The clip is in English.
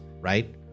right